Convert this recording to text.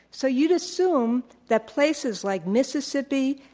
so you'd assume that places like mississippi,